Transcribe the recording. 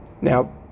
Now